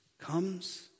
comes